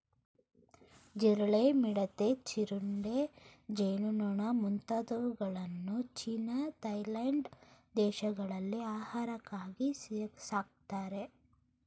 ಜಿರಳೆ, ಮಿಡತೆ, ಜೀರುಂಡೆ, ಜೇನುನೊಣ ಮುಂತಾದವುಗಳನ್ನು ಚೀನಾ ಥಾಯ್ಲೆಂಡ್ ದೇಶಗಳಲ್ಲಿ ಆಹಾರಕ್ಕಾಗಿ ಸಾಕ್ತರೆ